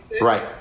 Right